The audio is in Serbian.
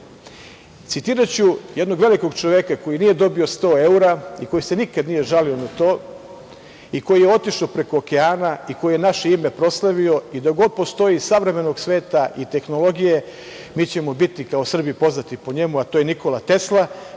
svetu. Citiraću jednog veliko čoveka, koji nije dobio 100 evra i koji se nikada nije žalio na to, koji je otišao preko okeana, koji je naše ime proslavio, dok god postoji savremenog sveta i tehnologije mi ćemo biti kao Srbi poznati po njemu, a to je Nikola Tesla